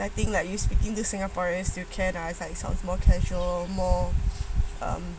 and I think that you speaking to singaporeans you can't ah sounds more casual more um